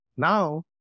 Now